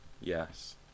Yes